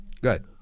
good